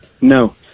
No